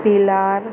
पिलार